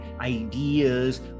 ideas